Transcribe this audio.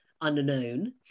unknown